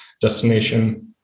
destination